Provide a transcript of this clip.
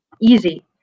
easy